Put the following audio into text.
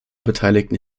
beteiligten